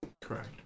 Correct